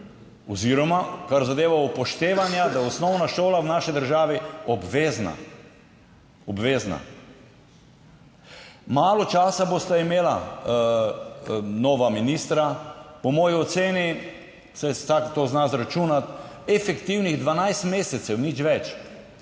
oziroma kar zadeva upoštevanja, da je osnovna šola v naši državi obvezna. Obvezna. Malo časa bosta imela nova ministra, po moji oceni, saj vsak to zna izračunati, efektivnih 12 mesecev, nič več.